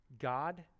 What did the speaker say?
God